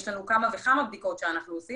יש לנו כמה וכמה בדיקות שאנחנו עושים